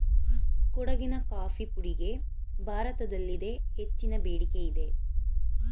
ಕೊಡಗಿನ ಕಾಫಿ ಪುಡಿಗೆ ಭಾರತದಲ್ಲಿದೆ ಹೆಚ್ಚಿನ ಬೇಡಿಕೆಯಿದೆ